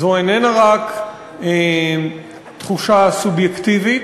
זו איננה רק תחושה סובייקטיבית,